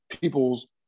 people's